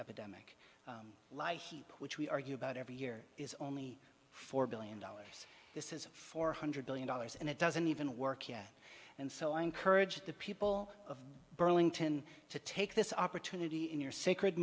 epidemic lie heap which we argue about every year is only four billion dollars this is four hundred billion dollars and it doesn't even work here and so i encourage the people of burlington to take this opportunity in your sacred